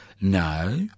No